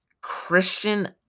Christian